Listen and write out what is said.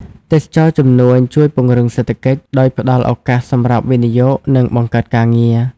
ទេសចរណ៍ជំនួញ ជួយពង្រឹងសេដ្ឋកិច្ច ដោយផ្តល់ឱកាសសម្រាប់វិនិយោគ និងបង្កើតការងារ។